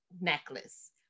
necklace